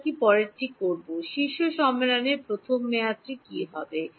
আমার কি পরেরটি থাকবে শীর্ষ সম্মেলনের প্রথম মেয়াদটি কী হবে